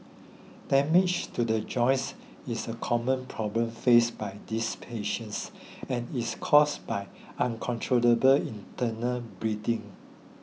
damage to the joints is a common problem faced by these patients and is caused by uncontrollable internal bleeding